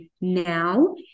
now